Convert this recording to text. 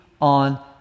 on